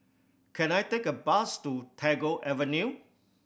can I take a bus to Tagore Avenue